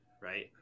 right